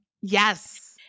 Yes